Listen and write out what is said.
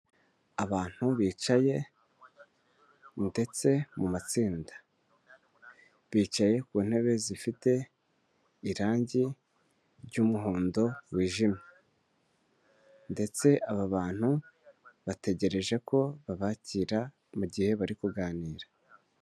Abantu bicaye ndetse mu matsinda bicaye ku ntebe zifite irangi ry'muhondo wijimye ndetse aba bantu bategereje ko babakira mu gihe bari kuganira.